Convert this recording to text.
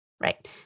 Right